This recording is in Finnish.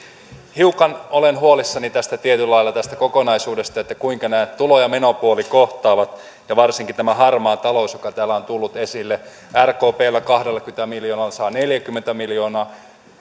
hiukan olen tietyllä lailla huolissani tästä kokonaisuudesta kuinka tulo ja menopuolet kohtaavat ja varsinkin harmaasta taloudesta joka täällä on tullut esille rkpllä kahdellakymmenellä miljoonalla saa neljäkymmentä miljoonaa